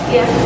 Yes